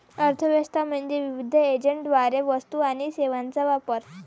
अर्थ व्यवस्था म्हणजे विविध एजंटद्वारे वस्तू आणि सेवांचा वापर